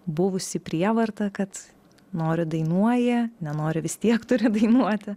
buvusi prievarta kad nori dainuoji nenori vis tiek turi dainuoti